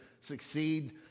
succeed